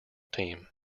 team